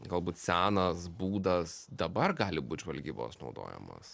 galbūt senas būdas dabar gali būt žvalgybos naudojamos